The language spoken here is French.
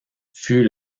fut